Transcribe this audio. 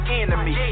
enemy